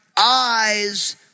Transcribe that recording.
eyes